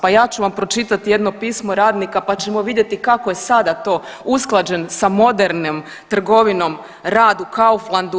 Pa ja ću vam pročitati jedno pismo radnika, pa ćemo vidjeti kako je sada to usklađen sa modernom trgovinom rad u Kauflandu.